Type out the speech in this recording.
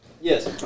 Yes